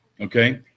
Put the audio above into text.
Okay